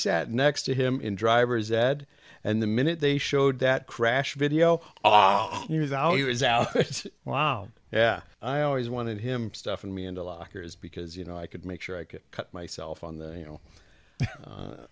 sat next to him in driver's ed and the minute they showed that crash video he was out wow yeah i always wanted him stuffing me into lockers because you know i could make sure i could cut myself on the you know